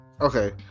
Okay